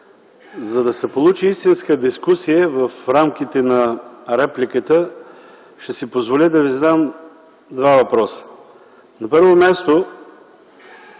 за да се получи истинска дискусия, в рамките на репликата ще си позволя да Ви задам два въпроса: На първо място,